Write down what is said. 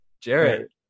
Jared